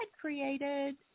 created